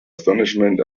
astonishment